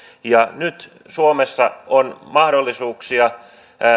ja nyt suomessa on mahdollisuuksia